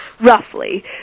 roughly